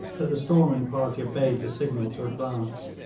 but the storming party obeyed the signal to advance.